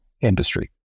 industry